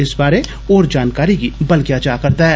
इस बारै होर मती जानकारी गी बलगेआ जा'करदा ऐ